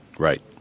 Right